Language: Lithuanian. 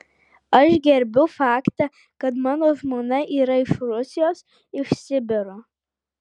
aš gerbiu faktą kad mano žmona yra iš rusijos iš sibiro